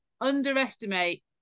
underestimate